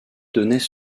donnaient